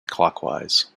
clockwise